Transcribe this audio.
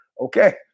Okay